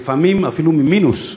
ולפעמים אפילו ממינוס,